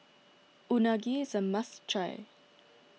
Unagi is a must try